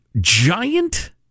giant